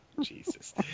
Jesus